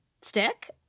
stick